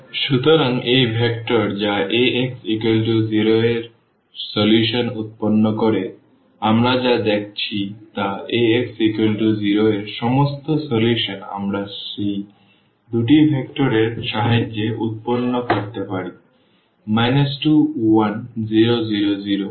সুতরাং এই ভেক্টর যা Ax 0 এর সমাধান উৎপন্ন করে আমরা যা দেখেছি তা Ax 0 এর সমস্ত সমাধান আমরা সেই দুটি ভেক্টর এর সাহায্যে উৎপন্ন করতে পারি 21000Tএবং 950 4 051T